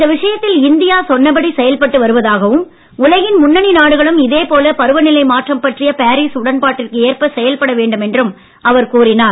இந்த விஷயத்தில் இந்தியா சொன்னபடி செயல்பட்டு வருவதாகவும் உலகின் முன்னணி நாடுகளும் இதேபோல பருவநிலை மாற்றம் பற்றிய பாரீஸ் உடன்பாட்டிற்கு ஏற்ப செயல்பட வேண்டுமென்றும் கூறினார்